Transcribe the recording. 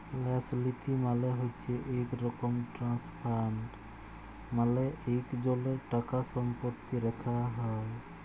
ল্যাস লীতি মালে হছে ইক রকম ট্রাস্ট ফাল্ড মালে ইকজলের টাকাসম্পত্তি রাখ্যা হ্যয়